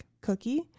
cookie